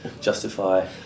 justify